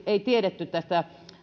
ei tiedetty tästä